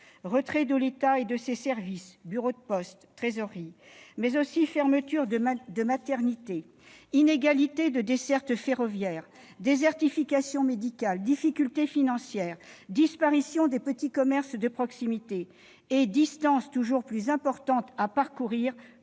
retrait de l'État et de ses services, tel que les bureaux de poste ou les trésoreries, mais aussi fermeture de maternités, inégalités de desserte ferroviaire, désertification médicale, difficultés financières, disparition des petits commerces de proximité, distances toujours plus importantes à parcourir